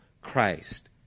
Christ